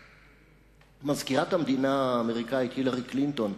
מזכירת המדינה האמריקנית הילרי קלינטון,